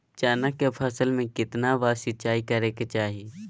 चना के फसल में कितना बार सिंचाई करें के चाहि?